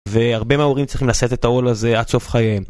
והרבה מההורים צריכים לשאת העול הזה עד סוף חייהם